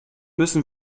müssten